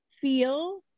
feel